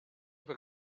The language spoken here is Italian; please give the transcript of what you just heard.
per